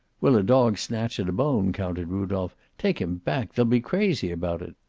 will a dog snatch at a bone? countered rudolph. take him back! they'll be crazy about it.